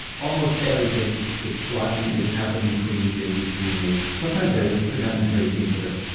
almost everything that's blocking you happened between the age of three and eight. sometimes later could happen when you're eighteen, whatever.